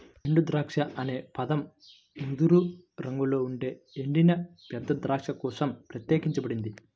ఎండుద్రాక్ష అనే పదం ముదురు రంగులో ఉండే ఎండిన పెద్ద ద్రాక్ష కోసం ప్రత్యేకించబడింది